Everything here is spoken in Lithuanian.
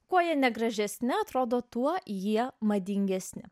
kuo jie negražesni atrodo tuo jie madingesni